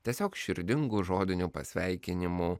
tiesiog širdingu žodiniu pasveikinimu